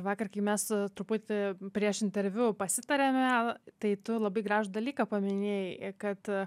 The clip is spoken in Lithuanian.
vakar kai mes truputį prieš interviu pasitarėme tai tu labai gražų dalyką paminėjai kad